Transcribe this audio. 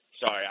sorry